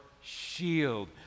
shield